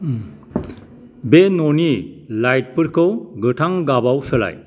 बे न'नि लाइट फोरखौ गोथां गाबाव सोलाय